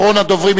אחרון הדוברים,